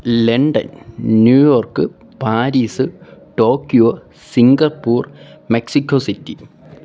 London New York Paris Tokyo Singapore Mexico city